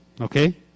Okay